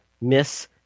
miss